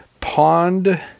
Pond